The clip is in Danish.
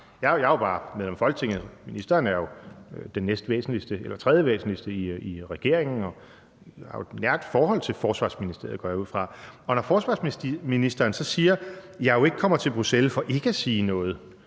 Jeg er jo bare medlem af Folketinget, og ministeren er jo den tredjevæsentligste i regeringen og har jo et nært forhold til Forsvarsministeriet, går jeg ud fra. Og når forsvarsministeren så siger, at hun jo ikke kommer til Bruxelles for ikke at sige noget,